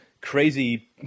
crazy